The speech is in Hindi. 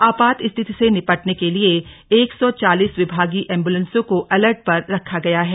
आपात स्थिति से निपटने के लिए एक सौ चालीस विभागीय एम्बुलेंस को एलर्ट पर रखा गया है